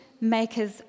makers